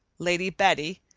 lady betty,